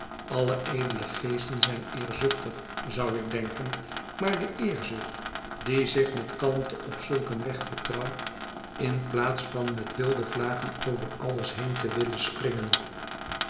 alle edele geesten zijn eerzuchtig zou ik denken maar de eerzucht die zich met kalmte op zulk een weg vertrouwt in plaats van met wilde vlagen over alles heen te willen springen